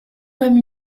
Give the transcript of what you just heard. comme